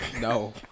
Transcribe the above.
no